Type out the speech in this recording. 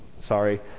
Sorry